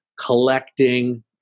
collecting